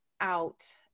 out